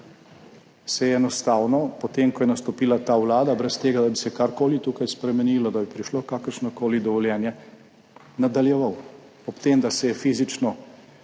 se je enostavno potem, ko je nastopila ta vlada, brez tega, da bi se karkoli tukaj spremenilo, da bi prišlo kakršnokoli dovoljenje, nadaljeval, ob tem, da se je fizično